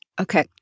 Okay